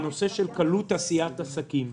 נושא של קלות עשיית עסקים.